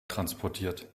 transportiert